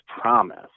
promise